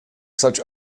such